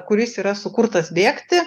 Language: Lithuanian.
kuris yra sukurtas bėgti